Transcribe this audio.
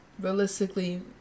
realistically